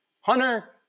Hunter